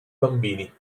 bambini